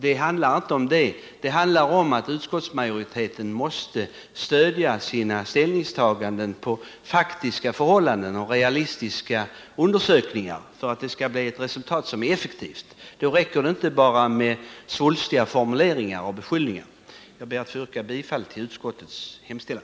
Det handlar inte om det, utan det handlar om att utskottsmajoriteten måste stödja sina ställningstaganden på faktiska förhållanden och realistiska undersökningar för att det skall bli ett effektivt resultat. Då räcker det inte med svulstiga formuleringar och beskyllningar. Jag ber att få yrka bifall till utskottets hemställan.